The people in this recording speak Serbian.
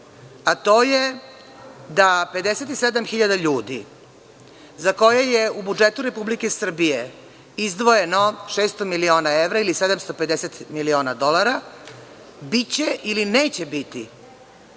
a to je da 57.000 ljudi, za koje je u budžetu Republike Srbije izdvojeno 600 miliona evra ili 750 miliona dolara, biće ili neće biti